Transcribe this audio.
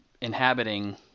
inhabiting